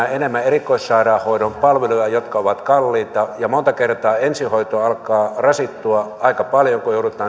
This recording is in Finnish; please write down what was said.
erikoissairaanhoidon palveluja jotka ovat kalliita ja monta kertaa ensihoito alkaa rasittua aika paljon kun joudutaan nimenomaan